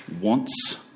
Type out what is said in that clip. wants